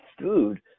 food